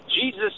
Jesus